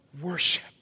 worship